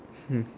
hmm